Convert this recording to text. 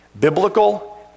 Biblical